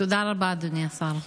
תודה רבה, אדוני השר.